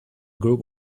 group